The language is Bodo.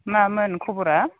मामोन खब'रा